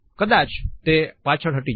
કદાચ તે પાછળ જ હટી જશે